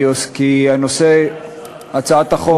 כי נושא הצעת החוק,